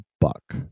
buck